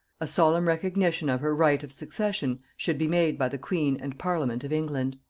a solemn recognition of her right of succession should be made by the queen and parliament of england.